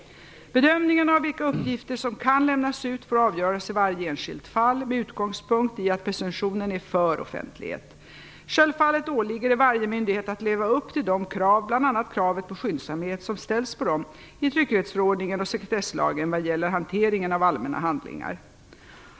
Bedömningen av vilka uppgifter som kan lämnas ut får avgöras i varje enskilt fall, med utgångspunkt i att presumtionen är för offentlighet. Självfallet åligger det varje myndighet att leva upp till de krav, bl.a. kravet på skyndsamhet, som ställs på dem i tryckfrihetsförordningen och sekretesslagen vad gäller hanteringen av allmänna handlingar.